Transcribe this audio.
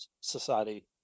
society